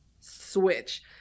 switch